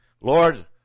Lord